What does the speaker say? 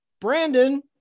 brandon